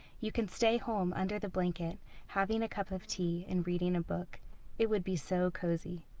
you can stay home under the blanket having a cup of tea and reading a book it would be so cozy!